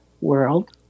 world